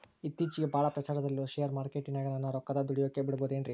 ಇತ್ತೇಚಿಗೆ ಬಹಳ ಪ್ರಚಾರದಲ್ಲಿರೋ ಶೇರ್ ಮಾರ್ಕೇಟಿನಾಗ ನನ್ನ ರೊಕ್ಕ ದುಡಿಯೋಕೆ ಬಿಡುಬಹುದೇನ್ರಿ?